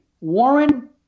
Warren